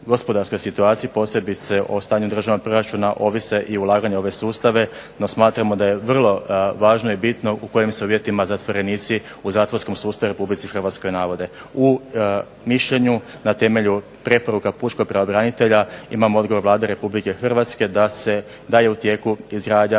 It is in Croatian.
gospodarskoj situaciji, posebno o stanju državnog proračuna ovise i ulaganja u ove sustave, no smatramo da je vrlo važno i bitno u kojim se uvjetima zatvorenici u zatvorskom sustavu u Republici Hrvatskoj navode. U mišljenju na temelju preporuka pučkog pravobranitelja imamo odgovor Vlade Republike Hrvatske da je u tijeku